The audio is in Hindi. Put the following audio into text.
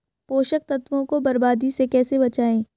पोषक तत्वों को बर्बादी से कैसे बचाएं?